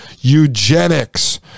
eugenics